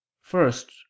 First